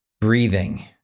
breathing